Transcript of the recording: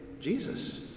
Jesus